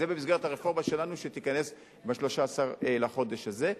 זה במסגרת הרפורמה שלנו שתיכנס ב-13 בחודש הזה.